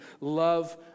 love